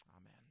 amen